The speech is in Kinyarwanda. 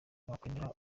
wakwemera